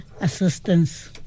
assistance